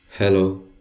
Hello